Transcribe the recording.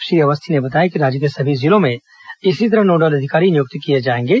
श्री अवस्थी ने बताया कि राज्य के सभी जिलों में इसी तरह नोडल अधिकारी नियुक्त किए जाएंगे